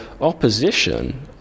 opposition